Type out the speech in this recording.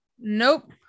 Nope